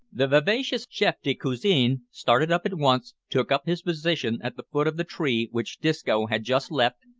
the vivacious chef de cuisine started up at once, took up his position at the foot of the tree which disco had just left,